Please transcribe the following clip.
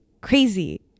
crazy